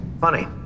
Funny